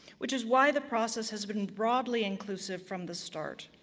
which is why the process has been broadly inclusive from the start.